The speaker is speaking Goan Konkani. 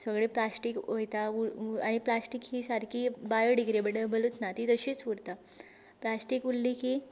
सगळें प्लास्टीक वयता उ आनी प्लास्टीक ही सारकी बायोडिग्रेबडेबलूच ना ती तशींच उरता प्लास्टीक उरली की